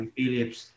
Philips